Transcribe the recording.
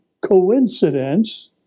coincidence